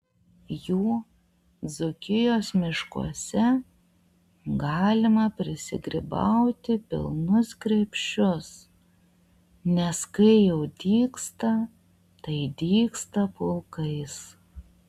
jų dzūkijos miškuose galima prisigrybauti pilnus krepšius nes kai jau dygsta tai dygsta pulkais